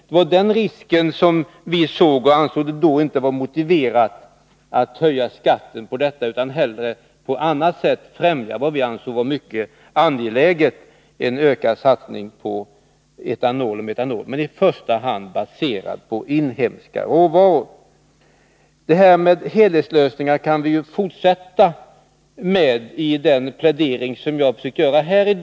Det var den risken som gjorde att vi inte fann det motiverat att höja skatten på MTBE. Hellre borde man på annat sätt främja vad vi ansåg vara mycket angeläget: en ökad satsning på etanol och metanol, baserad på inhemska råvaror. Jag kan fortsätta med helhetslösningen i den plädering jag försökt göra här idag.